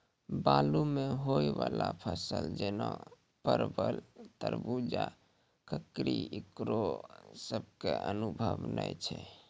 बालू मे होय वाला फसल जैना परबल, तरबूज, ककड़ी ईकरो सब के अनुभव नेय छै?